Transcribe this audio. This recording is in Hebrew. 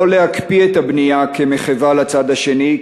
לא להקפיא את הבנייה כמחווה לצד השני,